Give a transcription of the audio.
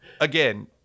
again